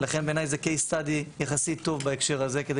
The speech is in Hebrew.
לכן בעיניי זה מקרה בוחן יחסית טוב בהקשר הזה כדי